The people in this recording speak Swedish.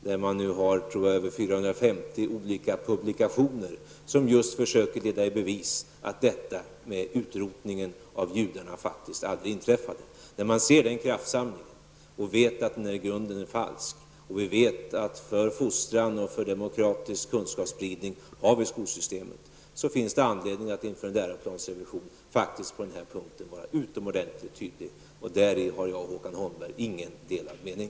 Jag tror att det nu finns över 450 olika publikationer som försöker leda i bevis att utrotning av judar aldrig har inträffat. När man ser denna kraftsamling, som man vet i grunden är falsk, och vi vet att vi har skolsystemet för fostran och för demokratisk kunskapsspridning, finns det inför en läroplansrevision faktiskt anledning att på den här punkten vara utomordentligt tydlig. Därom har jag och Håkan Holmberg ingen delad mening.